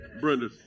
Brenda